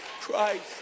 Christ